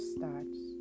starts